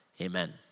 Amen